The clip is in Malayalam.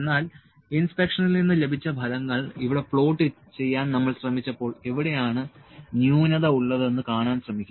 എന്നാൽ ഇൻസ്പെക്ഷനിൽ നിന്ന് ലഭിച്ച ഫലങ്ങൾ ഇവിടെ പ്ലോട്ട് ചെയ്യാൻ നമ്മൾ ശ്രമിച്ചപ്പോൾ എവിടെയാണ് ന്യൂനത ഉള്ളതെന്ന് കാണാൻ ശ്രമിക്കുക